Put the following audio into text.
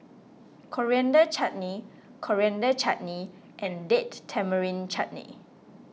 Coriander Chutney Coriander Chutney and Date Tamarind Chutney